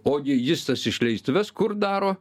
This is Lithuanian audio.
ogi jis tas išleistuves kur daro